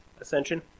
ascension